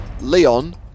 Leon